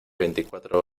veinticuatro